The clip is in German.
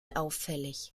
auffällig